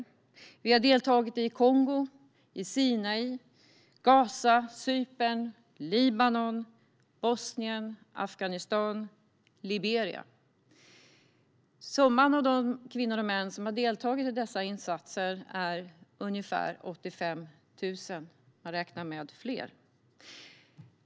Exempelvis har vi deltagit i Kongo, Sinai, Gaza, Cypern, Libanon, Bosnien, Afghanistan och Liberia. Summan av de kvinnor och män som har deltagit i dessa insatser är ungefär 85 000, och man räknar med fler.